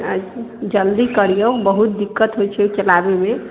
जल्दी करियौ बहुत दिक्कत होइ छै ओहिके बारेमे